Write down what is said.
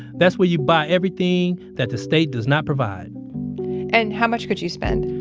that's where you buy everything that the state does not provide and how much could you spend?